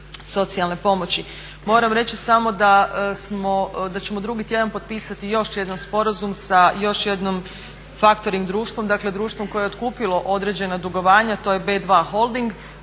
socijalne pomoći. Moram reći samo da smo, da ćemo drugi tjedan potpisati još jedan sporazum sa još jednom faktoring društvom, dakle društvom koje je otkupilo određena dugovanja, to je B2 holding.